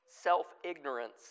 self-ignorance